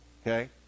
Okay